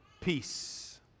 peace